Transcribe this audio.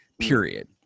period